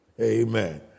Amen